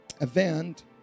event